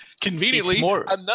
conveniently